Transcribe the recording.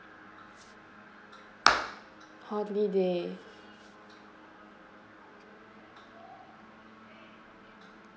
holiday